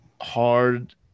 hard